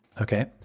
Okay